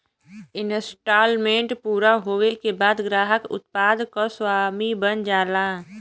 instalment पूरा होये के बाद ग्राहक उत्पाद क स्वामी बन जाला